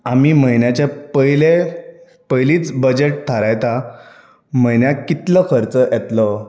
आमी म्हयन्याच्या पयले पयलींच बजेट थारायता म्हयन्याक कितलो खर्च येतलो